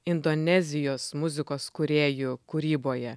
indonezijos muzikos kūrėjų kūryboje